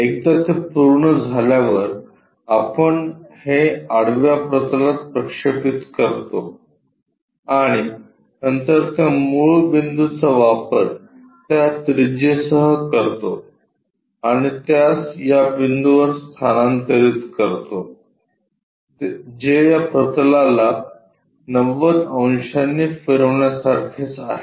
एकदा ते पूर्ण झाल्यावरआपण हे आडव्या प्रतलात प्रक्षेपित करतो आणि नंतर त्या मूळबिंदूचा वापर त्या त्रिज्येसह करतो आणि त्यास या बिंदूवर स्थानांतरित करतो जे या प्रतलाला 90 अंशांनी फिरवण्यासारखेच आहे